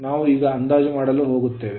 ನಾವು ಈಗ ಅಂದಾಜು ಮಾಡಲು ಹೋಗುತ್ತೇವೆ